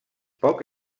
poc